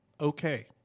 okay